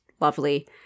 lovely